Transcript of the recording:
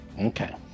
Okay